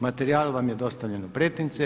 Materijal vam je dostavljen u pretince.